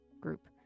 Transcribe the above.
group